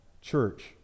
church